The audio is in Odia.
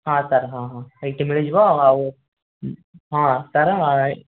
ହଁ ସାର୍ ହଁ ହଁ ଏଇଠି ମିଳିଯିବ ଆଉ ହଁ ସାର୍ ଏଇ